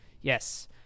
yes